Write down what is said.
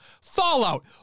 Fallout